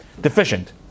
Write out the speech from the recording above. deficient